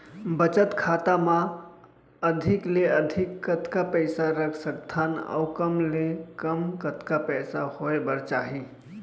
बचत खाता मा अधिक ले अधिक कतका पइसा रख सकथन अऊ कम ले कम कतका पइसा होय बर चाही?